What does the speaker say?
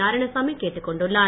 நாராயணசாமி கேட்டுக் கொண்டுள்ளார்